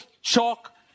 chalk